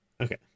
Okay